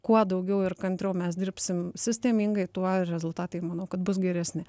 kuo daugiau ir kantriau mes dirbsim sistemingai tuo rezultatai manau kad bus geresni